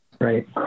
Right